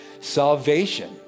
salvation